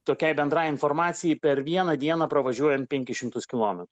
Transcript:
tokiai bendrai informacijai per vieną dieną pravažiuojam penkis šimtus kilometrų